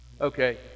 Okay